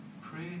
pray